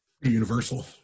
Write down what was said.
Universal